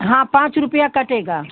हाँ पाँच रुपया कटेगा